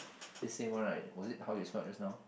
is same one right was it how it spell just now